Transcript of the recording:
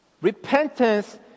Repentance